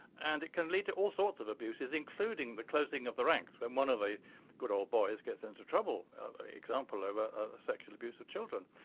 and it can lead to all sorts of abuses including the closing of the ranks when one of the good old boys gets into trouble example, over sexual abuse of children.